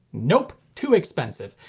nope. too expensive.